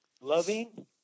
Loving